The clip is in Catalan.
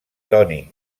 toni